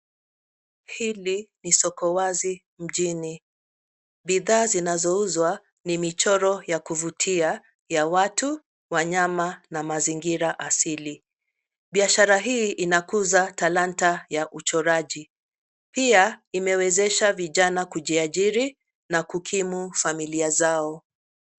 Hili ni soko wazi mjini. Bidhaa zinazouzwa ni michoro ya kuvutia ya watu, wanyama na mazingira asili. Biashara hii inakuza talanta ya uchoraji, pia imewezesha vijana kujiajiri na kukimu familia zao.